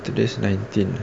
today's nineteen